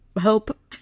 hope